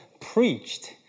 preached